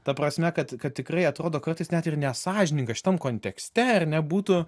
ta prasme kad kad tikrai atrodo kartais net ir nesąžininga šitam kontekste ar ne būtų